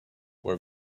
were